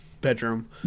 bedroom